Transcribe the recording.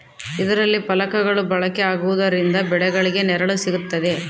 ಇದರಲ್ಲಿ ಫಲಕಗಳು ಬಳಕೆ ಆಗುವುದರಿಂದ ಬೆಳೆಗಳಿಗೆ ನೆರಳು ಸಿಗುತ್ತದೆ